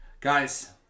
Guys